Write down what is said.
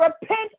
repent